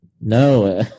No